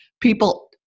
people